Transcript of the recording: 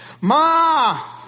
Ma